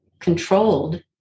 controlled